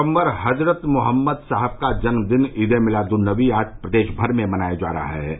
पैगंबर हजरत मोहम्मद साहब का जन्मदिन ईद ए मिलादुन्नबी आज प्रदेश भर में मनाया जा रहा है